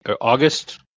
august